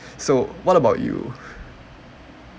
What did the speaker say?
so what about you